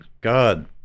God